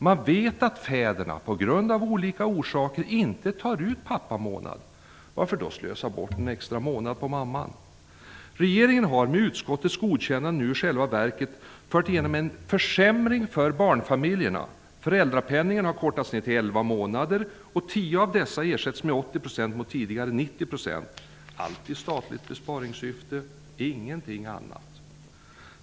Man vet att fäderna av olika orsaker inte tar ut sin pappamånad. Varför skall man då slösa bort en extra månad på modern? Regeringen har med utskottets godkännande i själva verket fört igenom en försämring för barnfamiljerna. Föräldrapenningen har kortats ned till 11 månader, och 10 av dessa ersätts med 80 % mot tidigare 90 %-- allt i statligt besparingssyfte och inget annat.